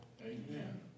Amen